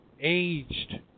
aged